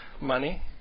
Money